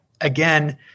again